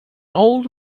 old